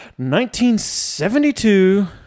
1972